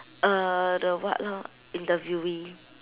uh the what lor interviewee